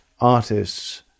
artists